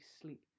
sleep